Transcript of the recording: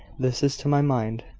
this is, to my mind,